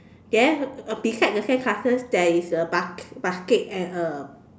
then beside the sandcastle there is a ba~ basket and a